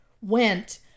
went